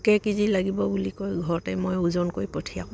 কেই কেজি লাগিব বুলি কয় ঘৰতে মই ওজন কৰি পঠিয়াওঁ